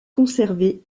conservé